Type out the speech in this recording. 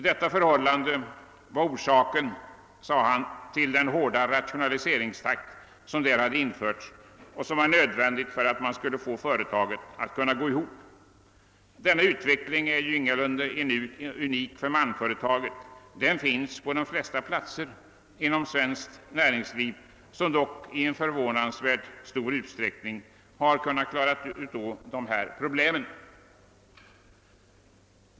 Detta var orsaken till den hårda rationaliseringstakt som skett och som var nödvändig för att få företaget att gå ihop, sade industriministern. Men denna utveckling är ju ingalunda unik för malmföretaget. Den har funnits på de flesta platser där svenskt näringsliv bedrivs, men företagen har ändå i förvånansvärt stor utsträckning klarat av problemen.